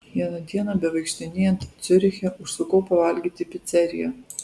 vieną dieną bevaikštinėjant ciuriche užsukau pavalgyti į piceriją